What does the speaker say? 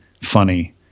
funny